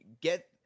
get